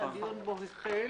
שהדיון בו החל